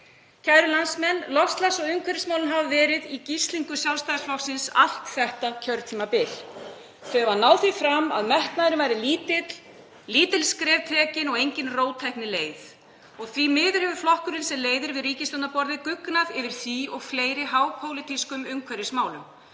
Kæru landsmenn. Loftslags- og umhverfismálin hafa verið í gíslingu Sjálfstæðisflokksins allt þetta kjörtímabil. Þau hafa náð því fram að metnaðurinn væri lítill, lítil skref tekin og engin róttækni leyfð. Og því miður hefur flokkurinn sem leiðir við ríkisstjórnarborðið guggnað á fleiri hápólitískum umhverfismálum.